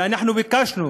ואנחנו ביקשנו,